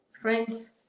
friends